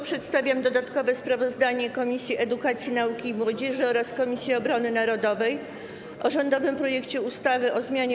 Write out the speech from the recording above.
Przedstawiam dodatkowe sprawozdanie Komisji Edukacji, Nauki i Młodzieży oraz Komisji Obrony Narodowej o rządowym projekcie ustawy o zmianie